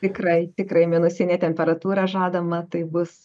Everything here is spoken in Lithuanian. tikrai tikrai minusinė temperatūra žadama tai bus